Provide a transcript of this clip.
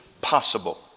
possible